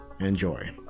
Enjoy